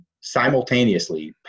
simultaneously